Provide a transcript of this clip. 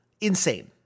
insane